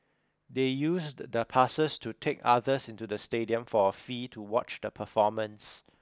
they used the passes to take others into the stadium for a fee to watch the performance